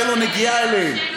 שאין לו נגיעה אליהם.